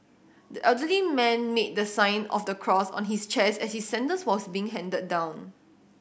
the elderly man made the sign of the cross on his chest as his sentence was being handed down